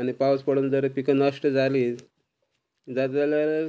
आनी पावस पडून जर पिका नश्ट जाली जात् जाल्यार